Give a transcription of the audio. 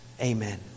Amen